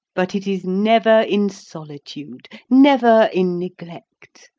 but it is never in solitude, never in neglect.